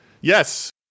Yes